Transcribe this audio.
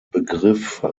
begriff